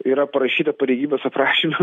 yra parašyta pareigybės aprašyme